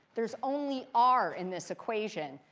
there's only r in this equation.